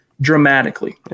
Dramatically